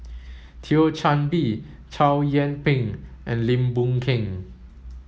Thio Chan Bee Chow Yian Ping and Lim Boon Keng